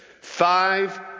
Five